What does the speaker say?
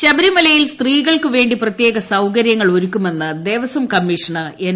വാസു ശബരിമലയിൽ സ്ത്രീക്കൾക്കുവേണ്ടി പ്രത്യേക സൌകര്യങ്ങൾ ഒരുക്കുമെന്ന് ദേവസ്വം കമ്മീഷണർ എൻ